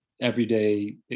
everyday